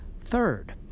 Third